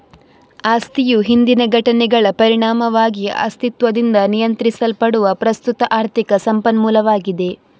ಆಸ್ತಿಯು ಹಿಂದಿನ ಘಟನೆಗಳ ಪರಿಣಾಮವಾಗಿ ಅಸ್ತಿತ್ವದಿಂದ ನಿಯಂತ್ರಿಸಲ್ಪಡುವ ಪ್ರಸ್ತುತ ಆರ್ಥಿಕ ಸಂಪನ್ಮೂಲವಾಗಿದೆ